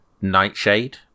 Nightshade